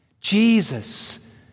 Jesus